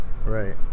Right